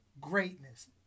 greatness